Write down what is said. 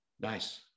nice